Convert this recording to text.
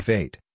eight